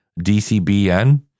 DCBN